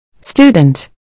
Student